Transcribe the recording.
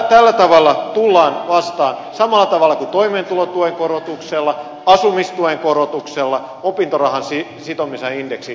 tällä tavalla tullaan vastaan samalla tavalla kuin toimeentulotuen korotuksella asumistuen korotuksella opintorahan sitomisella indeksiin